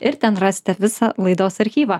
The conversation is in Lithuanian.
ir ten rasite visą laidos archyvą